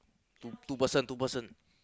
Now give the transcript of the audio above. two two person two person